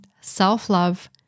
self-love